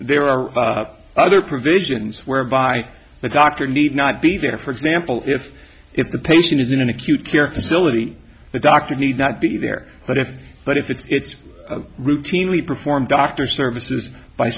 there are other provisions whereby the doctor need not be there for example if if the patient is in an acute care facility the doctor need not be there but if but if it's routinely performed doctor services by